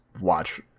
watch